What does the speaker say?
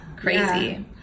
crazy